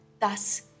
Thus